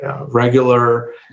regular